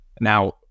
now